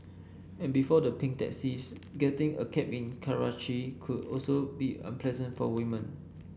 and before the pink taxis getting a cab in Karachi could also be unpleasant for women